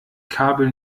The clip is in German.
kabel